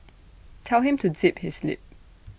tell him to zip his lip